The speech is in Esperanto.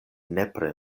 nepre